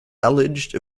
alleged